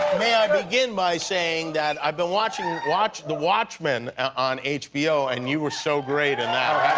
may i begin by saying that i've been watching watched the watchmen on hbo. and you were so great in